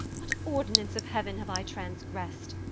what ordinance of heaven have i transgressed?